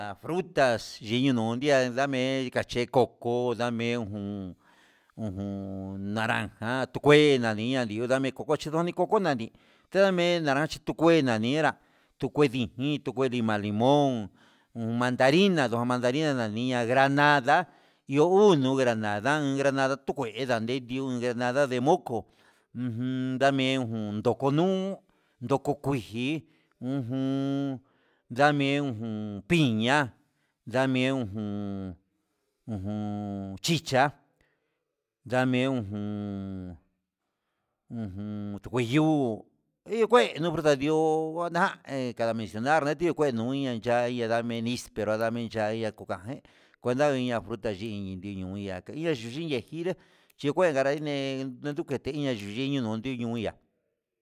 A frutas yinumia ndame, kache koko ndame ujun, ujun naranja ukue nani ña di'o ndame kokochi no ndio ndami ndame narachi tu kue naniñera, tuu kue dijin tu kué limón, mandarina nani granada yo uu nani ña'a granada an granada tu kué ndandingui, ndiun granada de moco ujun ndame jun ndoko nuu, doko kuiji ujun ndame'e ujun piña ndame ujun ujun, chicha ndame ujun ujun tukuyuu iho kué no fruta di'o naye kada mencionar ndame mispero ndame yiya'a cuenta je ña fruta yin iña yii iyu yují, hiya nguire yuu kue kanran nguinré ndanduke iya'a yuyi idon nuu hiya'a.